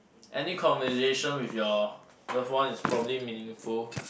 any conversation with your loved ones is probably meaningful